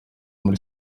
muri